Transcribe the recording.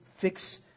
fix